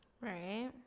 Right